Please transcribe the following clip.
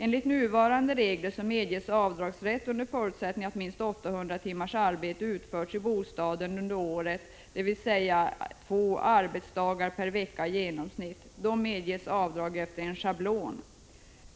Enligt nuvarande regler medges avdragsrätt under förutsättning att minst 800 timmars arbete utförts i bostaden under året, dvs. i genomsnitt två arbetsdagar per vecka. Då medges avdrag beräknat efter en schablon.